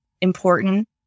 important